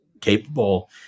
capable